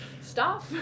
stop